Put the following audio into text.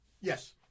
Yes